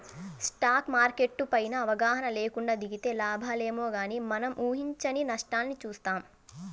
stock market పైన అవగాహన లేకుండా దిగితే లాభాలేమో గానీ మనం ఊహించని నష్టాల్ని చూత్తాం